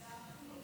כבוד